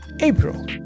April